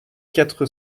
quatre